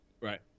Right